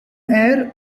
air